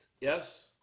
yes